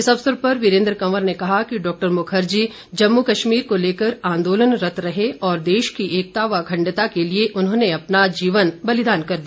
इस अवसर पर वीरेन्द्र कंवर ने कहा कि डॉक्टर मुखर्जी जम्मू कश्मीर को लेकर आंदालनरत्त रहे और देश की एकता व अखण्डता के लिए उन्होंने अपना जीवन बलिदान कर दिया